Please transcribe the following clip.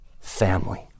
family